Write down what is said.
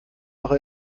noch